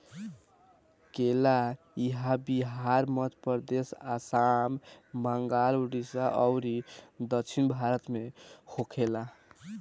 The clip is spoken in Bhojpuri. केला इहां बिहार, मध्यप्रदेश, आसाम, बंगाल, उड़ीसा अउरी दक्षिण भारत में होखेला